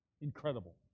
Incredible